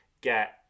get